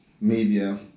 media